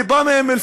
אני בא מאום-אלפחם,